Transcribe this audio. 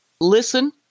listen